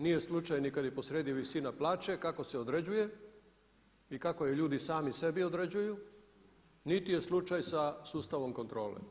Nije slučaj ni kad je posrijedi visina plaće kako se određuje i kako je ljudi sami sebi određuju niti je slučaj sa sustavom kontrole.